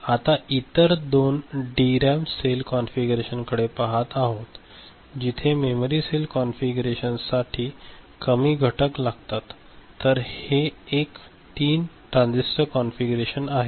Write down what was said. आता इतर दोन डीरॅम सेल कॉन्फिगरेशनकडे पहात आहोतजिथे मेमरी सेल कॉन्फिगरेशन साठी कमी घटक लागतात तर हे एक 3 ट्रान्झिस्टर कॉन्फिगरेशन आहे